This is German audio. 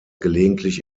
gelegentlich